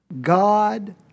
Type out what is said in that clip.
God